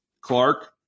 Clark